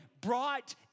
brought